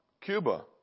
Cuba